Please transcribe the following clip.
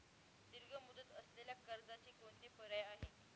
दीर्घ मुदत असलेल्या कर्जाचे कोणते पर्याय आहे?